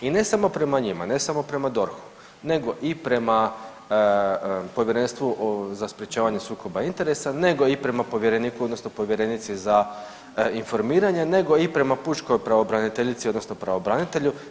I ne samo prema njima, ne samo prema DORH-u, nego i prema Povjerenstvu o sprječavanju sukoba interesa, nego i prema povjereniku, odnosno povjerenici za informiranje, nego i prema pučkoj pravobraniteljici, odnosno pravobranitelju.